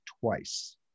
twice